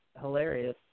hilarious